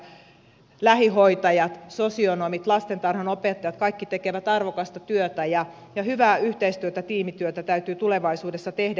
lastenhoitajat lähihoitajat sosionomit lastentarhanopettajat kaikki tekevät arvokasta työtä ja hyvää yhteistyötä tiimityötä täytyy tulevaisuudessa tehdä